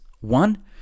one